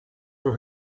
for